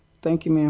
thank you, ma'am?